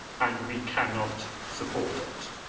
and we cannot support it.